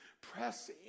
Press